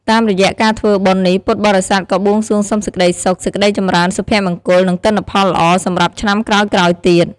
តាមរយៈការធ្វើបុណ្យនេះ ពុទ្ធបរិស័ទក៏បួងសួងសុំសេចក្តីសុខ សេចក្តីចម្រើន សុភមង្គល និងទិន្នផលល្អសម្រាប់ឆ្នាំក្រោយៗទៀត។